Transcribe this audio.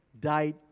died